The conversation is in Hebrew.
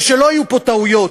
ושלא יהיו פה טעויות.